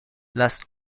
las